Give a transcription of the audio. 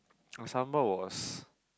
the sambal was